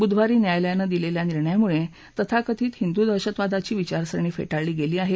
बृधवारी न्यायालयानं दिलेल्या निर्णयामुळे तथाकथीत हिंदू दहशतवादाची विचारसरणी फेटाळली गेली आहे